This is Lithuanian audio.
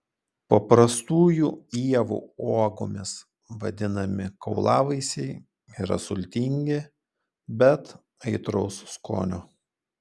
paprastųjų ievų uogomis vadinami kaulavaisiai yra sultingi bet aitraus skonio